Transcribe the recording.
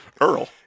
Earl